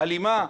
הלימה,